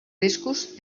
riscos